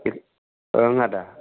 ओं आदा